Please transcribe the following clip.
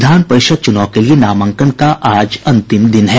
विधान परिषद चुनाव के लिये नामांकन का आज अंतिम दिन है